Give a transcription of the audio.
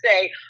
say